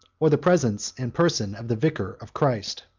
or the presence and person of the vicar of christ.